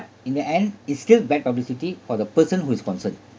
in the end it's still bad publicity for the person who is concerned